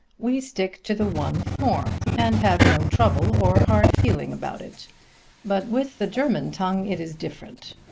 we stick to the one form and have no trouble or hard feeling about it but with the german tongue it is different.